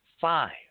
five